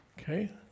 Okay